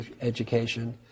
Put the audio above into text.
education